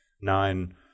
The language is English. nine